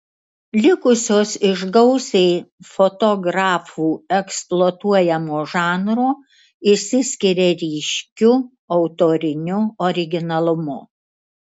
likusios iš gausiai fotografų eksploatuojamo žanro išsiskiria ryškiu autoriniu originalumu